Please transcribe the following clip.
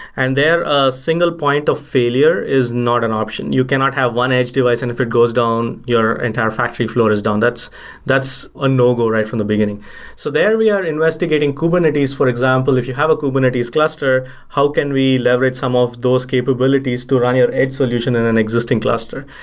and there, a single point of failure is not an option. you cannot have one edge device, and if it goes down, your entire factory floor is down. that's that's a no-go right from the beginning so there we are investigating kubernetes for example, if you have a kubernetes cluster, how can we leverage some of those capabilities to run your edge solution in an existing cluster?